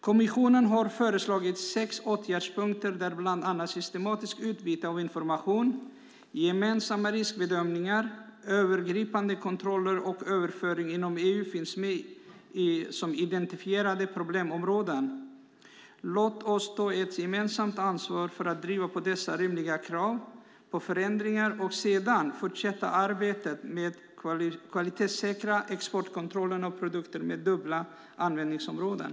Kommissionen har föreslagit sex åtgärdspunkter där bland annat systematiskt utbyte av information, gemensamma riskbedömningar, övergripande kontroller och överföring inom EU finns med som identifierade problemområden. Låt oss ta ett gemensamt ansvar för att driva på dessa rimliga krav på förändringar och sedan fortsätta arbetet med att kvalitetssäkra exportkontrollen av produkter med dubbla användningsområden.